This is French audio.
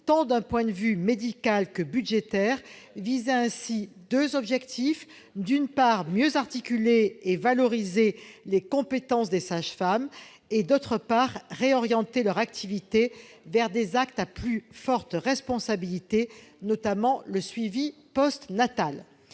d'un point de vue tant médical que budgétaire, visaient deux objectifs : d'une part, mieux articuler et valoriser les compétences des sages-femmes, d'autre part, réorienter leur activité vers des actes à plus forte responsabilité, notamment le suivi postnatal.